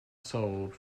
sold